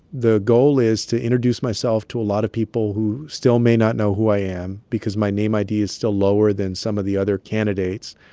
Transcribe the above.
the goal is to introduce myself to a lot of people who still may not know who i am because my name id is still lower than some of the other candidates,